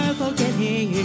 forgetting